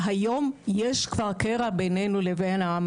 והיום אני חוקר באוניברסיטת תל-אביב במכון למחקר לביטחון לאומי.